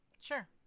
Sure